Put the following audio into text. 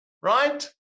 Right